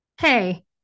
hey